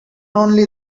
only